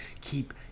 Keep